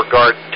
Guard